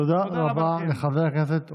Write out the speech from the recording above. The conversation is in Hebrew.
תודה רבה לחבר הכנסת עודה.